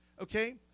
Okay